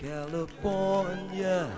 California